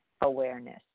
awareness